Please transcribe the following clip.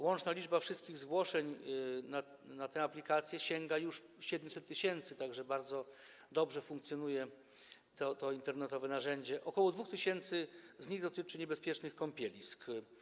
Łączna liczba wszystkich zgłoszeń na tę aplikację sięga już 700 tys. - tak że bardzo dobrze funkcjonuje to internetowe narzędzie - około 2 tys. z nich dotyczy niebezpiecznych kąpielisk.